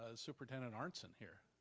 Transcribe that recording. ah superintendent arntzen here.